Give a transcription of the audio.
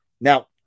Now